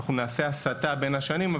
אנחנו נעשה הסטה בין השנים,